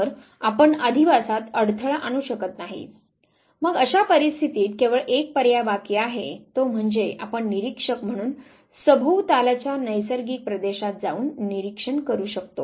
तर आपण अधिवासात अडथळा आणू शकत नाही मग अशा परिस्थितीत केवळ एक पर्याय बाकी आहे तो म्हणजे आपण निरीक्षक म्हणून सभोवतालच्या नैसर्गिक प्रदेशात जावुन निरीक्षण करु शकतो